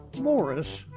Morris